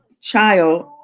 child